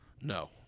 no